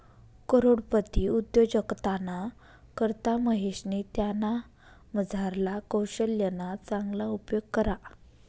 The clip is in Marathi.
करोडपती उद्योजकताना करता महेशनी त्यानामझारला कोशल्यना चांगला उपेग करा